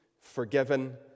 forgiven